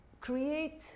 create